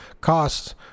Costs